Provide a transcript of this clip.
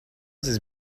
this